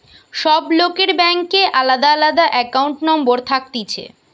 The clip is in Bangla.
সব লোকের ব্যাংকে আলদা আলদা একাউন্ট নম্বর থাকতিছে